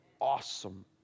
awesome